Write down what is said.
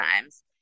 times